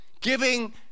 giving